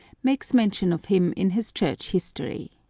makes mention of him in his church history